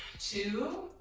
two,